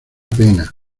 pena